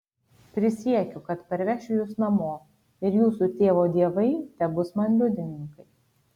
prisiekiu kad parvešiu jus namo ir jūsų tėvo dievai tebus man liudininkai